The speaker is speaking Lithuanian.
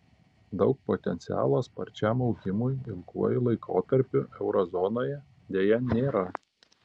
daug potencialo sparčiam augimui ilguoju laikotarpiu euro zonoje deja nėra